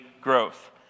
growth